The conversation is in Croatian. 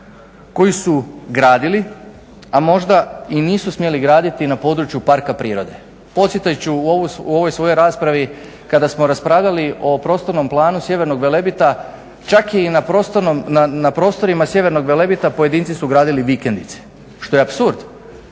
koji su gradili, a možda i nisu smjeli graditi na području parka prirode. Podsjetit ću u ovoj svojoj raspravi kada smo raspravljali o Prostornom planu Sjevernog Velebita čak ja i na prostorima sjevernog Velebita pojedinci su gradili vikendice što je apsurd.